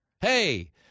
Hey